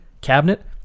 cabinet